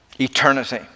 Eternity